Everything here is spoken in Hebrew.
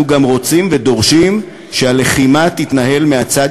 אנחנו גם רוצים ודורשים שהלחימה תתנהל מהצד